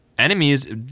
enemies